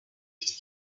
his